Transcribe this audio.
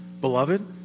beloved